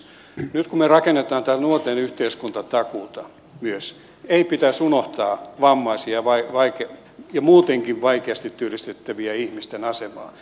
nyt kun me rakennamme myös tätä nuorten yhteiskuntatakuuta ei pitäisi unohtaa vammaisia ja muutenkin vaikeasti työllistettävien ihmisten asemaa